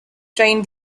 train